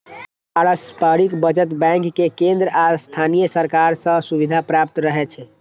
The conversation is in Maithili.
पारस्परिक बचत बैंक कें केंद्र आ स्थानीय सरकार सं सुविधा प्राप्त रहै छै